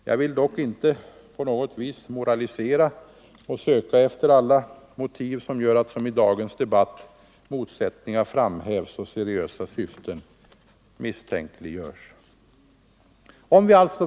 Jag vill dock inte på något sätt moralisera och söka efter alla motiv som gör att — såsom skett i dagens debatt — motsättningar framhävs och seriösa syften misstänkliggörs. Fru talman!